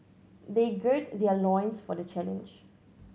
they gird their loins for the challenge